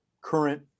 current